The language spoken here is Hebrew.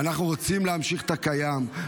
ואנחנו רוצים להמשיך את הקיים,